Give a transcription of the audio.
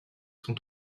son